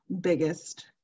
biggest